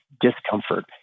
discomfort